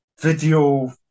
video